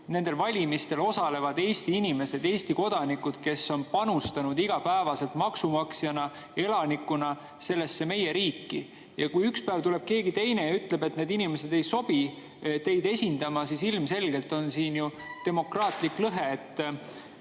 nendel valimistel osalevad ju Eesti inimesed, Eesti [elanikud], kes on panustanud igapäevaselt maksumaksjana, elanikuna sellesse meie riiki. Ja kui ükspäev tuleb keegi teine ja ütleb, et need inimesed ei sobi teid esindama, siis ilmselgelt on siin demokraatias lõhe.